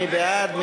מי בעד?